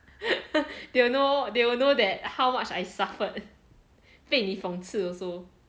they will know they will know that how much I suffered 被你讽刺 also